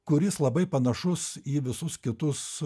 kuris labai panašus į visus kitus